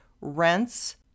rents